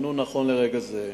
פונו נכון לרגע זה.